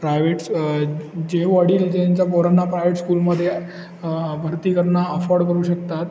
private स जे वडील ज्यांच्या पोरांना प्रायवेट स्कूलमध्ये भरती करणं अफोर्ड करू शकतात